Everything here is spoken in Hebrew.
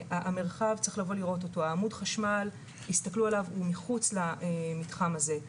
המרחב-צריך לבוא לראות אותו עמוד החשמל הוא מחוץ למתחם הזה.